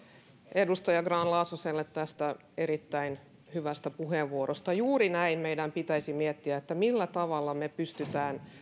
edustaja grahn laasoselle tästä erittäin hyvästä puheenvuorosta juuri näin meidän pitäisi miettiä että millä tavalla me pystymme